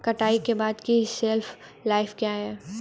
कटाई के बाद की शेल्फ लाइफ क्या है?